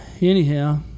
anyhow